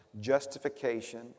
justification